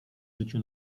życiu